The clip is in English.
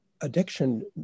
Addiction